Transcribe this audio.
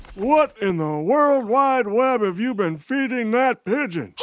what in the world wide web have you been feeding that pigeon? hey,